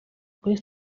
kuri